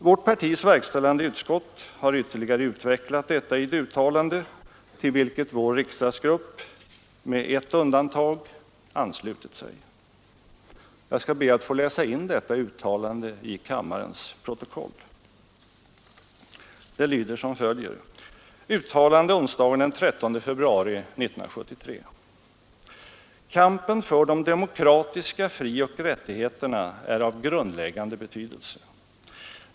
Vårt partis verkställande utskott har ytterligare utvecklat detta i ett uttalande till vilket vår riksdagsgrupp — med ett undantag — anslöt sig. Jag skall be att få läsa in detta uttalande i kammarens protokoll. Det lyder så här: Kampen för de demokratiska frioch rättigheterna är av grundläggande betydelse.